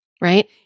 right